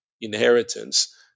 inheritance